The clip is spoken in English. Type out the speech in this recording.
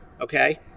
Okay